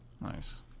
Nice